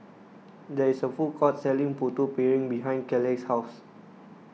there is a food court selling Putu Piring behind Kaleigh's house